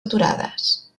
aturades